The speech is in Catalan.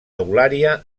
eulària